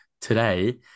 today